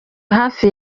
hafi